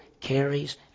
carries